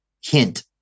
hint